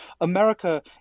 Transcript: America